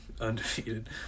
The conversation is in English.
Undefeated